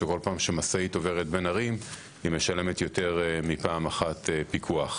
שכל פעם שמשאית עוברת בין ערים היא משלמת יותר מפעם אחת פיקוח.